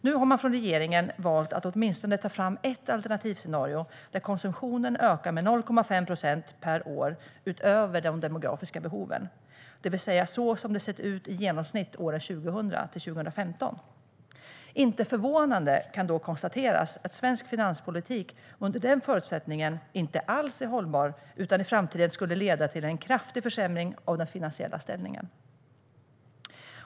Nu har man från regeringens sida valt att åtminstone ta fram ett alternativscenario där konsumtionen ökar med 0,5 procent per år utöver de demografiska behoven, det vill säga så som det sett ut i genomsnitt under åren 2000-2015. Inte förvånande kan då konstateras att svensk finanspolitik under den förutsättningen inte alls är hållbar utan i framtiden skulle leda till en kraftig försämring av den finansiella ställningen.